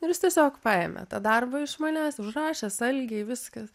ir jis tiesiog paėmė tą darbą iš manęs užrašęs algei viskas